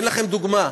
אני אתן לכם דוגמה.